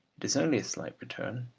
it is only a slight return,